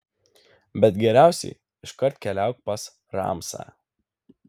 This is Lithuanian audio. bet geriausiai iškart keliauk pas ramsą